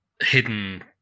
hidden